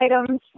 items